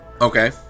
okay